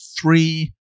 three